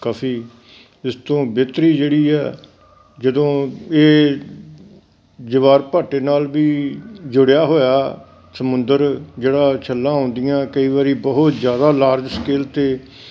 ਕਾਫੀ ਇਸ ਤੋਂ ਬਿਹਤਰੀ ਜਿਹੜੀ ਹੈ ਜਦੋਂ ਇਹ ਜਵਾਰਭਾਟੇ ਨਾਲ ਵੀ ਜੁੜਿਆ ਹੋਇਆ ਸਮੁੰਦਰ ਜਿਹੜਾ ਛੱਲਾਂ ਆਉਂਦੀਆਂ ਕਈ ਵਾਰੀ ਬਹੁਤ ਜ਼ਿਆਦਾ ਲਾਰਜ ਸਕੇਲ 'ਤੇ